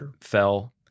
fell